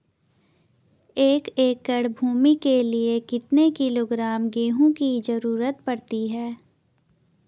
एक एकड़ भूमि के लिए कितने किलोग्राम गेहूँ की जरूरत पड़ती है?